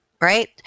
Right